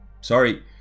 sorry